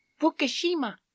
Fukushima